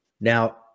Now